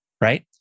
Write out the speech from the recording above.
right